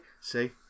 See